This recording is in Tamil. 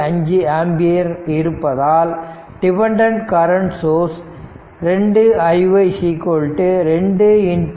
5 ஆம்பியர் இருப்பதால் டிபெண்டன்ட் கரண்ட் சோர்ஸ் 2 iy 2 2